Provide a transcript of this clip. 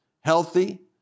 healthy